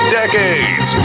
decades